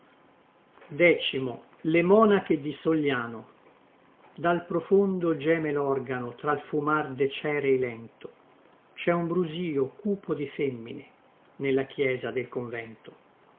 monache dl sogliano dal profondo geme lorgano tra l fumar de cerei lento cè un brusio cupo di femmine nella chiesa del convento